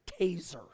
taser